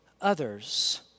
others